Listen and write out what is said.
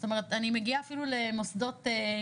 זאת אומרת אני מגיעה אפילו למוסדות ממשלתיים,